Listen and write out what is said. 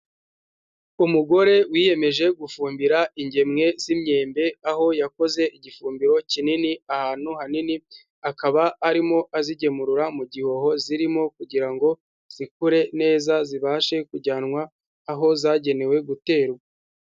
Umugore wiyemeje gufumbira ingemwe z'imyembe aho yakoze igifumbiro kinini ahantu hanini, akaba arimo azigemurura mu gihoho zirimo kugira ngo zikure neza zibashe kujyanwa aho zagenewe guterwa.